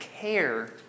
care